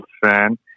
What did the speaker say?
fan